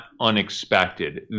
unexpected